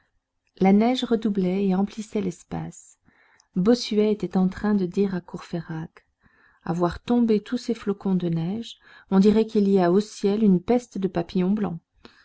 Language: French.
la neige redoublait et emplissait l'espace bossuet était en train de dire à courfeyrac à voir tomber tous ces flocons de neige on dirait qu'il y a au ciel une peste de papillons blancs